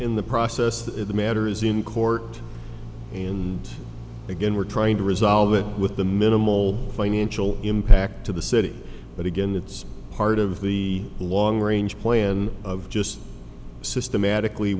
in the process that the matter is in court and again we're trying to resolve it with the minimal financial impact to the city but again that's part of the long range plan of just systematically